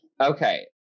Okay